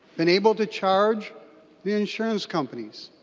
been able to charge the insurance companies.